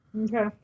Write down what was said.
Okay